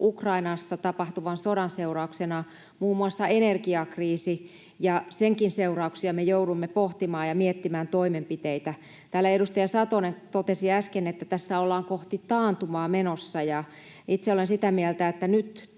Ukrainassa tapahtuvan sodan seurauksena muun muassa energiakriisi, ja senkin seurauksia me joudumme pohtimaan ja miettimään toimenpiteitä. Täällä edustaja Satonen totesi äsken, että tässä ollaan kohti taantumaa menossa, ja itse olen sitä mieltä, että nyt